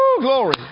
glory